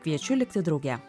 kviečiu likti drauge